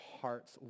hearts